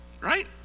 Right